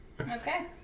Okay